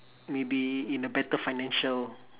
maybe in a better financial